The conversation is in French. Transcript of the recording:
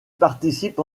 participe